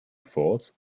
falls